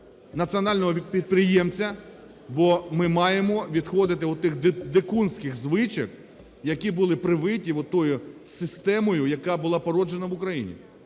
національного підприємця. Бо ми маємо відходити від тих дикунських звичок, які були привиті тою системою, яка була породжена в Україні.